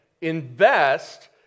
Invest